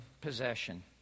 possession